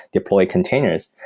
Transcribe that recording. deploy containers.